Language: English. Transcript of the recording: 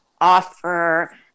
offer